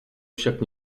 však